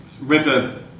River